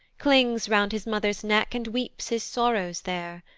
clings round his mother's neck, and weeps his sorrows there.